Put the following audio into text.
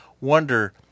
wonder